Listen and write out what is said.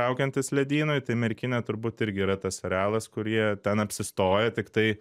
traukiantis ledynui tai merkinė turbūt irgi yra tas realas kur jie ten apsistojo tiktai